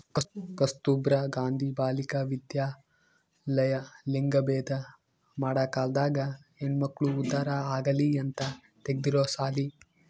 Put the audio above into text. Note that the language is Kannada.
ಕಸ್ತುರ್ಭ ಗಾಂಧಿ ಬಾಲಿಕ ವಿದ್ಯಾಲಯ ಲಿಂಗಭೇದ ಮಾಡ ಕಾಲ್ದಾಗ ಹೆಣ್ಮಕ್ಳು ಉದ್ದಾರ ಆಗಲಿ ಅಂತ ತೆಗ್ದಿರೊ ಸಾಲಿ